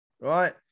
right